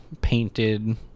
painted